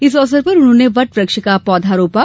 इस अवसर पर उन्होंने वट वृक्ष का पौधा रोपा